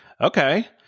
okay